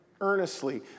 earnestly